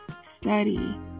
study